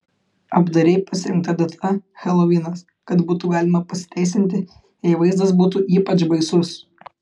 apdairiai pasirinkta data helovinas kad būtų galima pasiteisinti jei vaizdas būtų ypač baisus